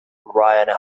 ryan